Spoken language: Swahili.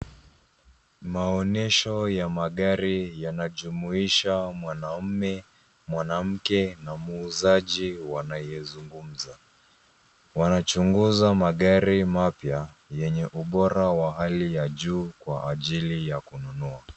Maonesho ya magari yanajumuisha mwanaume, mwanamke na muuzaji wanayezungumza. Wanachunguza magari mapya, yenye ubora wa hali ya juu kwa ajili ya kununua.